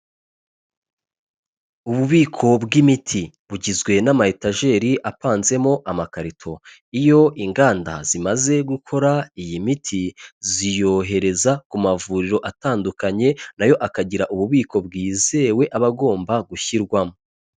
Ububiko bw'imiti bugizwe n'amayetajeri apanzemo amakarito, iyo inganda zimaze gukora iyi miti, ziyohereza ku mavuriro atandukanye, na yo akagira ububiko bwizewe aba agomba gushyirwamo.